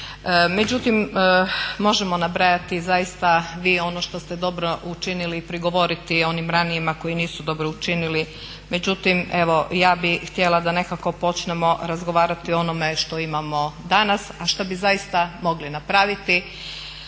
Međutim, možemo nabrajati zaista vi ono što ste dobro učinili prigovoriti onim ranijima koji nisu dobro učinili. Međutim, evo ja bih htjela da nekako počnemo razgovarati o onome što imamo danas, a što bi zaista mogli napraviti